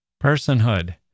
Personhood